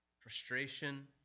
frustration